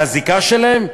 על הזיקה שלהם,